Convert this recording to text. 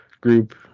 group